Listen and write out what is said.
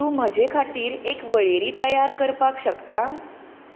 तूं म्हजे खातीर एक वळेरी तयार करपाक शकता